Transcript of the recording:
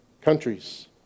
countries